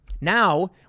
Now